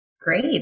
Great